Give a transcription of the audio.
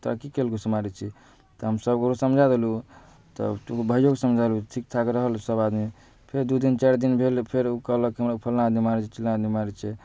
तोरा की कयलकहुँ से मारै छीही तऽ हमसब ओ समझा देलहुँ तऽ भाइओके समझा देलहुँ ठीकठाक रहल सब आदमी फेर दू दिन चारि दिन भेल फेर ओ कहलक हमरा फलना आदमी मारैत छै चिल्लाँ आदमी मारैत छै